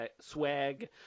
swag